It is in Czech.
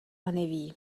neví